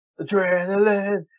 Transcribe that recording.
Adrenaline